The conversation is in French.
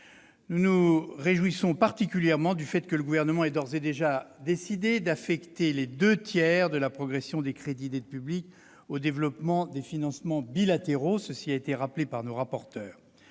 nous nous réjouissons plus particulièrement que le Gouvernement ait d'ores et déjà décidé d'affecter les deux tiers de la progression des crédits de l'aide publique au développement à des financements bilatéraux, comme l'ont rappelé nos rapporteurs.